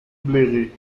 bléré